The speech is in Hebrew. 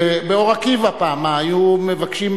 באור-עקיבא פעם היו מבקשים,